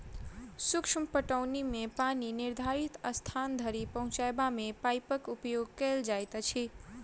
सूक्ष्म पटौनी मे पानि निर्धारित स्थान धरि पहुँचयबा मे पाइपक उपयोग कयल जाइत अछि